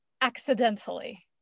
accidentally